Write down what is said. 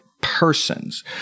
persons